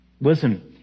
Listen